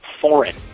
foreign